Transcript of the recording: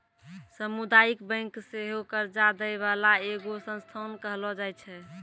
समुदायिक बैंक सेहो कर्जा दै बाला एगो संस्थान कहलो जाय छै